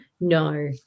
no